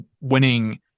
winning